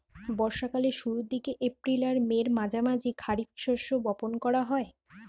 বর্ষা কালের শুরুর দিকে, এপ্রিল আর মের মাঝামাঝি খারিফ শস্য বপন করা হয়